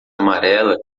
amarela